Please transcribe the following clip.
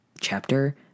chapter